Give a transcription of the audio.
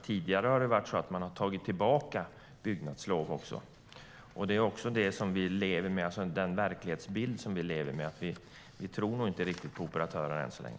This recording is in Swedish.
Tidigare har man tagit tillbaka bygglov också, och den verklighetsbild som vi lever med är nog att vi inte riktigt tror på operatörerna än så länge.